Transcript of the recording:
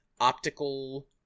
optical